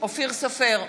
אופיר סופר,